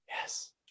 yes